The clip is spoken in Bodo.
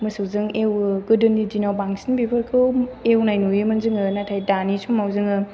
मोसौजों एवो गोदोनि दिनाव बांसिन बेफोरखौ एवनाय नुयोमोन जोङो नाथाय दानि समाव जोङो